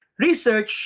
Research